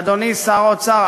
אדוני שר האוצר,